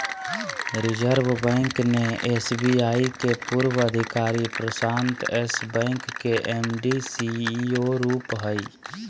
reserve Bank ने SBI के पूर्व अधिकारी प्रशांत यस बैंक के एम.डी, सी.ई.ओ रूप हइ